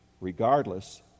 regardless